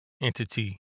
entity